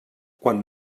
quan